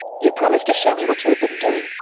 you promised to show me what you had been doing.